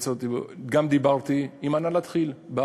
גם דיברתי עם הנהלת כי"ל,